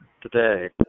today